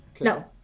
no